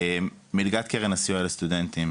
מלגת קרן הסיוע לסטודנטים,